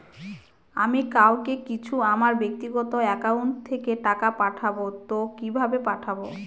আমি কাউকে কিছু আমার ব্যাক্তিগত একাউন্ট থেকে টাকা পাঠাবো তো কিভাবে পাঠাবো?